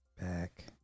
back